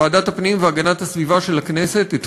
ועדת הפנים והגנת הסביבה של הכנסת אישרה